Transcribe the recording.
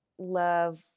love